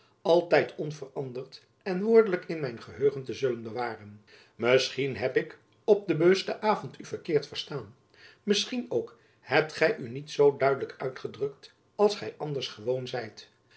altijd onveranderd en woordelijk in mijn geheugen te zullen bewaren misschien heb ik op den bewusten avond u verkeerd verstaan misschien ook hebt gy u niet zoo duidelijk uitgedrukt als gy anders gewoon zijt